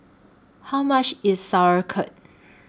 How much IS Sauerkraut